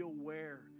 aware